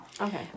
okay